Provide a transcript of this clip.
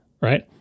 right